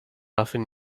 often